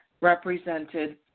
represented